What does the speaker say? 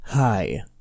Hi